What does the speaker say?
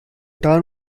town